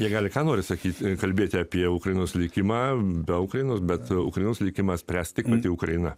jie gali ką nori sakyti kalbėti apie ukrainos likimą be ukrainos bet ukrainos likimą spręs tik mintyje ukraina